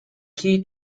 key